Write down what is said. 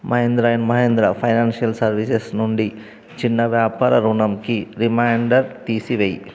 Mahindra and Mahindra financial services నుండి చిన్న వ్యాపార రుణానికి రిమైండర్ తీసి వేయి